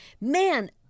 man